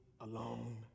alone